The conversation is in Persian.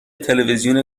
تلوزیون